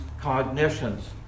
cognitions